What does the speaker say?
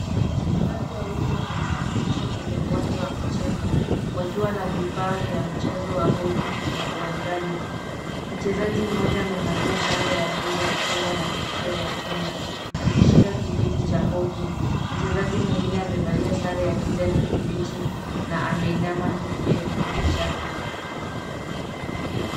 Wachezaji wawili wamejishughulisha kwenye uwanja wa michezo wakiwa na vifaa vya mchezo wa hoki uwanjani. Mchezaji mmoja amevalia sare ya rangi ya chungwa na kofia ya kinga akishika kijiti cha hoki. Mchezaji mwingine amevalia sare ya kijani kibichi na ameinama akitumia kijiti chake.